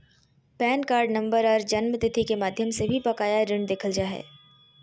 pan card number आर जन्मतिथि के माध्यम से भी बकाया ऋण देखल जा हय